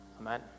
Amen